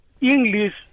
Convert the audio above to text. English